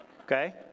okay